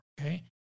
okay